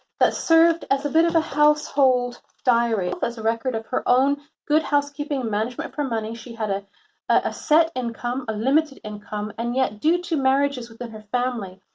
that served as a bit of a household diary. that's a record of her own good housekeeping management for money. she had a a set income, a limited income, and yet due to marriages within her family,